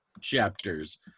chapters